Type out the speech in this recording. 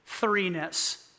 threeness